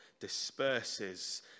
disperses